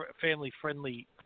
family-friendly